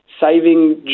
saving